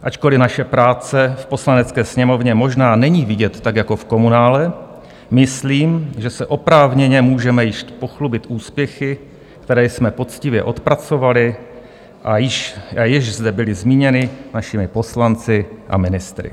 Ačkoliv naše práce v Poslanecké sněmovně možná není vidět tak jako v komunále, myslím, že se oprávněně můžeme již pochlubit úspěchy, které jsme poctivě odpracovali a jež zde byly zmíněny našimi poslanci a ministry.